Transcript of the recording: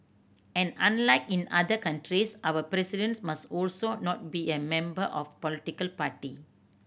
and unlike in other countries our President must also not be a member of political party